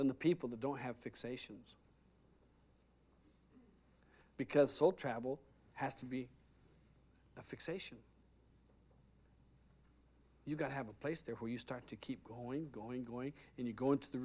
than the people that don't have fixations because soul travel has to be a fixation you got to have a place there where you start to keep going going going and you go into the